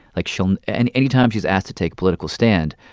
like, she'll and and anytime she's asked to take a political stand,